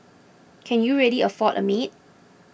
can you really afford a maid